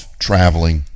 traveling